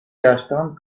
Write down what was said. yaştan